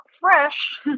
fresh